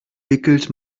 wickelt